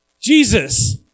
Jesus